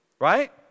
Right